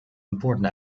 important